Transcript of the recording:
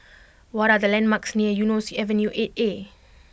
what are the landmarks near Eunos Avenue Eight A